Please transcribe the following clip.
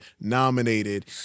nominated